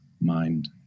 mind